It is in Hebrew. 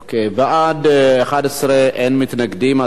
אכן, ממשיכים להצביע.